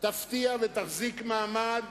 תפתיע ותחזיק מעמד